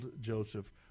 Joseph